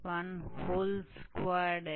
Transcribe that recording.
तो यह पूरी होगी इसलिए यह डिरिवैटिव है